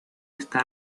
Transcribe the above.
está